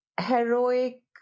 heroic